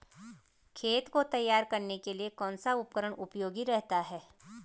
खेत को तैयार करने के लिए कौन सा उपकरण उपयोगी रहता है?